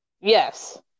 Yes